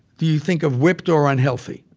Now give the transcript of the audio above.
do you think of whipped or unhealthy?